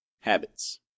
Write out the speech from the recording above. habits